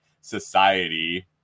society